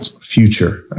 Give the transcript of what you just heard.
future